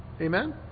Amen